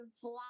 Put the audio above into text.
fly